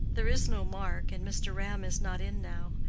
there is no mark, and mr. ram is not in now.